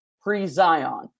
pre-Zion